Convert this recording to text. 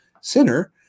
sinner